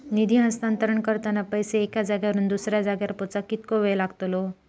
निधी हस्तांतरण करताना पैसे एक्या जाग्यावरून दुसऱ्या जाग्यार पोचाक कितको वेळ लागतलो?